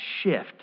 shift